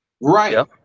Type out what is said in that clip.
Right